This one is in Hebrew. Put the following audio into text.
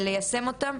ליישם את ההמלצות.